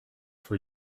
for